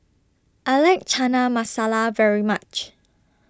I like Chana Masala very much